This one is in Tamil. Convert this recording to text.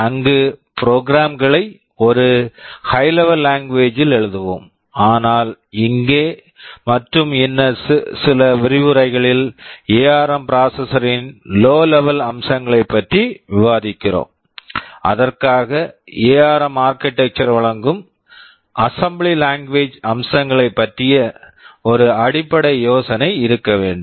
அங்கு ப்ரொக்ராம் program களை ஒரு high level language high level language ல் எழுதுவோம் ஆனால் இங்கே மற்றும் இன்னும் சில விரிவுரைகளில் எஆர்ம் ARM ப்ராசஸர் processor ன் லோ லெவல் low level அம்சங்களைப் பற்றி விவாதிக்கிறோம் அதற்காக எஆர்ம் ARM ஆர்க்கிடெக்சர் architecture வழங்கும் அசெம்பிளி லாங்குவேஜ் assembly language அம்சங்களைப் பற்றிய ஒரு அடிப்படை யோசனை இருக்க வேண்டும்